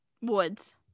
Woods